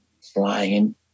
Flying